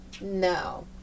No